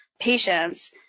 patients